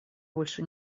больше